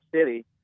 City